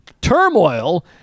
turmoil